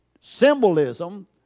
symbolism